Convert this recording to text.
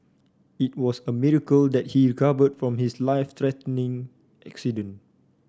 it was a miracle that he recovered from his life threatening accident